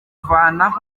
kuvanaho